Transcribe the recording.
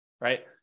right